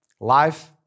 Life